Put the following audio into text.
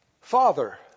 Father